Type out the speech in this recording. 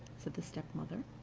said the stepmother.